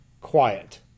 quiet